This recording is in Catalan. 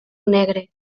negre